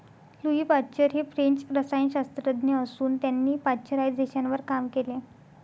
Louis Pasteur हे French रसायनशास्त्रज्ञ असून त्यांनी पाश्चरायझेशनवर काम केले